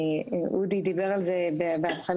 אודי דיבר על זה בהתחלה,